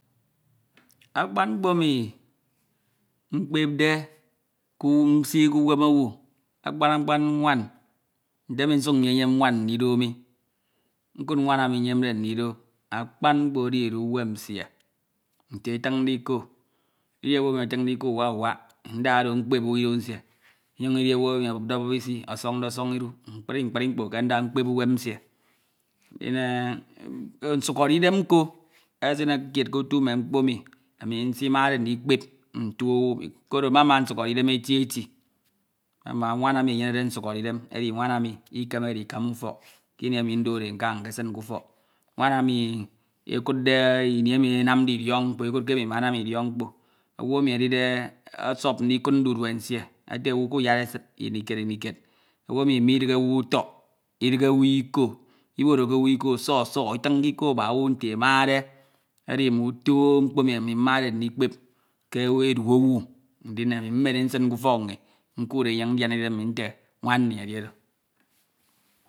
. Akpan mkpo ami mkpepde nsi ke iwen owu akpan apkan nwan nte emi nsuk nyeyem nwan ndido akpan mkpo echi edu uwem nsis, nte e tinde iko uwak uwak ndoi oro mkpep uwem nsie, inijuin idi owu emi abupde abup isi, osonde idu, mkpri mkpri mkpo ke nda mkpep uwe nsie. Nchin nsukhoridem nkpo esine kied ke etu nime mkpo emi ami nsimafe ndikpep ntie owu koro menema nsukhọriden eti eti mene ma uoan emi enjanede nsukhọriden edi nwan emi ikenede ikama ufok kimi ndode e nka nkesin ke ufọf, nwam emi ekudde idiọk mkpo, ini emi e namde idiok mkpọ e kud ke imo iminam idiọk mkpo. Owu emi edide osop ndikud ndudue nsie ete ọwu kuyad esid imi kied, imi kied. Ọwu emi midighe owu utọk, idighe owu ikọ, iboroke owu iko ọsọ ọsọ itinke iko ma owu nke emade. Ech mme nto emi ami mmade nchikpep ke edu owu ndin ami mmen e nsin ke ufók inih nkuued e enyin̄ ndiana idem mi nte nwam nni edi oro.